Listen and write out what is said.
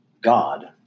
God